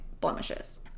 blemishes